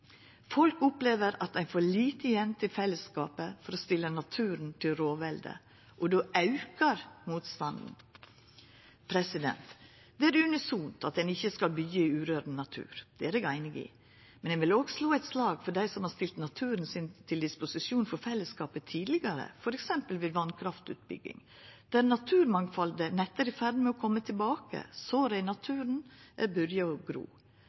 Folk opplever at ein får lite igjen til fellesskapet for å stilla naturen til rådvelde, og då aukar motstanden. Det er unisont at ein ikkje skal byggja i urørt natur. Det er eg einig i, men eg vil også slå eit slag for dei som har stilt naturen sin til disposisjon for fellesskapet tidlegare, f.eks. ved vasskraftutbygging, der naturmangfaldet nett er i ferd med å koma tilbaka, såra i naturen har byrja å gro.